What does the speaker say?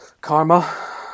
Karma